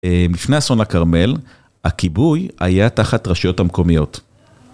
לפני אסון הכרמל, הכיבוי היה תחת הרשויות המקומיות.